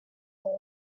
light